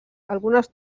algunes